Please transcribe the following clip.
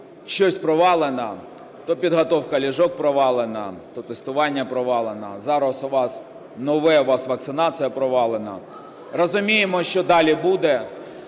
щось провалено, то підготовка ліжок провалена, то тестування провалено, зараз у вас нове – у вас вакцинація провалена. Розуміємо, що далі буде.